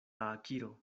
akiro